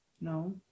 No